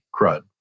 crud